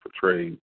portrayed